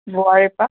বোৱাৰী পৰা